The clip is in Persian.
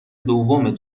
دوم